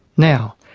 now,